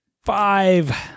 Five